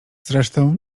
zresztą